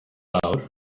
fawr